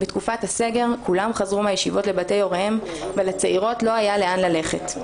בתקופת הסגר כולם חזרו מהישיבות לבתי הוריהם ולצעירות לא יהיה לאן ללכת.